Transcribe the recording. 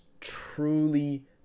truly